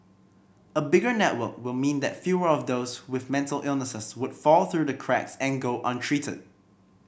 a bigger network will mean that fewer of those with mental illness would fall through the cracks and go untreated